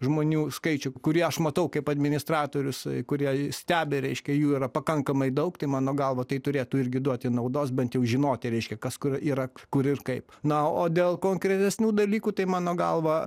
žmonių skaičių kurį aš matau kaip administratorius kurie stebi reiškia jų yra pakankamai daug tai mano galva tai turėtų irgi duoti naudos bent jau žinoti reiškia kas kur yra kur ir kaip na o dėl konkretesnių dalykų tai mano galva